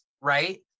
right